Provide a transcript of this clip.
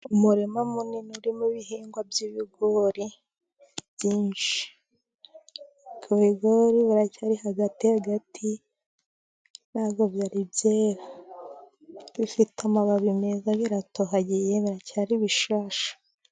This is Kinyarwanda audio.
Umurima munini urimo ibihingwa by'ibigori byinshi. Ibigori biracyari hagati hagati ntabwo byari byera. Bifite amababi meza biratohagiye, biracyari ibishashi.